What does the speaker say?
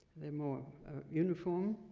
they're more uniform.